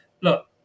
look